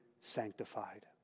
sanctified